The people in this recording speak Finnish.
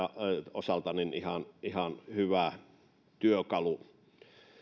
osalta ihan ihan hyvä työkalu